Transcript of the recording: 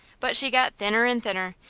but she got thinner and thinner,